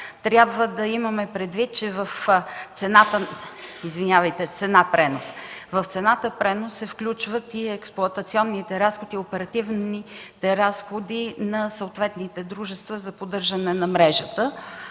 трябва да имаме предвид, че в цената пренос се включват и експлоатационните, и оперативните разходи на съответните дружества за поддържане на мрежата.